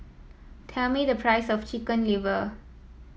tell me the price of Chicken Liver